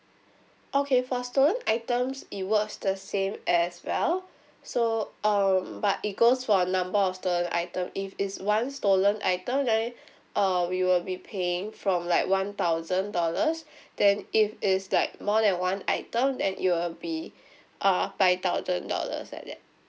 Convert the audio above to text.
okay for stolen items it works the same as well so um but it goes for a number of the item if it's one stolen item then uh we will be paying from like one thousand dollars then if it's like more than one item then it will be uh five thousand dollars like that